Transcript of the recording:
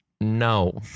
No